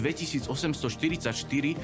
2844